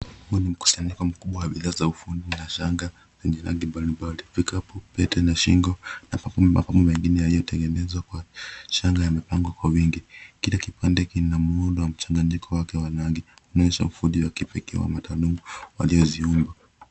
Huu ni mkusanyiko mkubwa wa bidhaa za ufundi na shanga zenye rangi mbalimbali, vikapu, pete na shingo na mapambo mengine yaliyotengenezwa kwa shanga yamepangwa kwa wingi. Kila kipande kina muundo wa mchanganyiko wake wa rangi unaonyesha ufundi wa kipekee wa Mataluma waliojiunga.